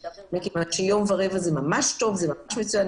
יום ורבע זה ממש מצוין.